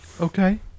Okay